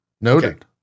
Noted